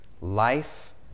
life